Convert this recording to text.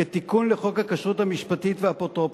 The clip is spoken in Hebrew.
כתיקון לחוק הכשרות המשפטית והאפוטרופסות.